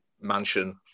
mansion